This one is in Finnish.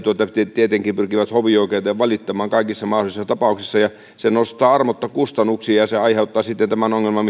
tietenkin pyrkivät hovioikeuteen valittamaan kaikissa mahdollisissa tapauksissa se nostaa armotta kustannuksia ja se aiheuttaa sitten tämän ongelman